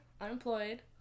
unemployed